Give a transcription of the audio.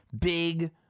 big